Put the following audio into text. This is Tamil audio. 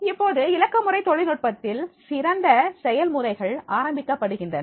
இப்போது இலக்கமுறை தொழில்நுட்பத்தில் சிறந்த செயல்முறைகள் ஆரம்பிக்கப்படுகின்றன